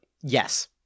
yes